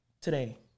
today